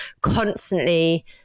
constantly